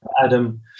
Adam